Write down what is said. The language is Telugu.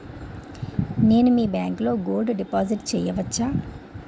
నేను మీ బ్యాంకులో గోల్డ్ డిపాజిట్ చేయవచ్చా?